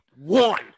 One